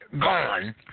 gone